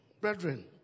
Brethren